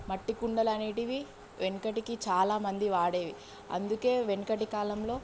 మట్టి కుండలు అనేటివి వెనుకటికి చాలామంది వాడేవి అందుకే వెనుకటి కాలంలో